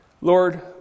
Lord